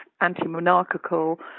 anti-monarchical